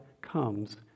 comes